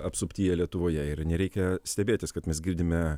apsuptyje lietuvoje ir nereikia stebėtis kad mes girdime